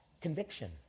Conviction